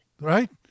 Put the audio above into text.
Right